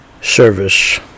service